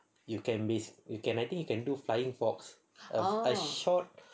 you can be you can I think you can do flying fox a short